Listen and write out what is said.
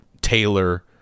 Taylor